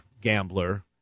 gambler